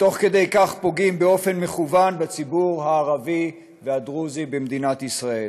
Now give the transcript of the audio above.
ותוך כדי כך פוגעים באופן מכוון בציבור הערבי והדרוזי במדינת ישראל.